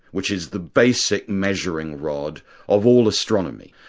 which is the basic measuring-rod of all astronomy.